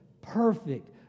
perfect